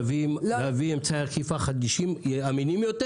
להביא אמצעי אכיפה חדישים ואמינים יותר?